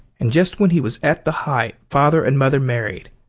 and just when he was at the height, father and mother married,